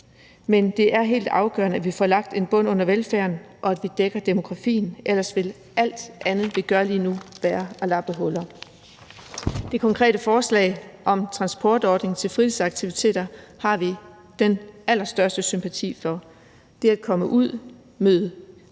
men det er helt afgørende, at vi får lagt en bund under velfærden, og at vi dækker demografien – ellers vil alt andet, vi gør lige nu, være at lappe huller. Det konkrete forslag om en transportordning til fritidsaktiviteter har vi den allerstørste sympati for. Det at komme ud, møde